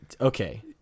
Okay